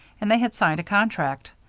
and they had signed a contract.